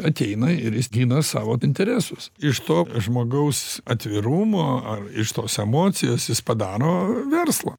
ateina ir jis gina savo interesus iš to žmogaus atvirumo ar iš tos emocijos jis padaro verslą